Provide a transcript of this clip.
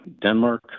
Denmark